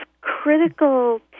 critical